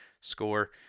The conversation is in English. score